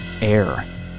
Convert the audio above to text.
air